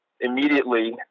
immediately